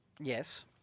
Yes